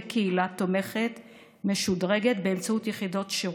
קהילה תומכת משודרגת באמצעות יחידות שירות,